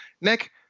Nick